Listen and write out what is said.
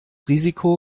risiko